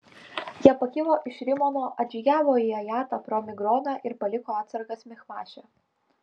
jie pakilo iš rimono atžygiavo į ajatą pro migroną ir paliko atsargas michmaše